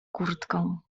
kurtką